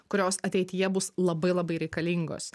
kurios ateityje bus labai labai reikalingos